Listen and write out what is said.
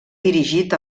dirigit